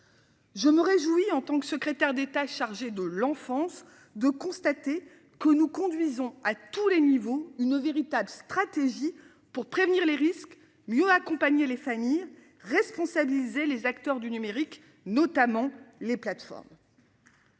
Je me réjouis en tant que secrétaire d'État chargé de l'enfance de constater que nous conduisons à tous les niveaux, une véritable stratégie pour prévenir les risques. Mieux accompagner les familles responsabiliser les acteurs du numérique notamment les plateformes.